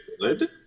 good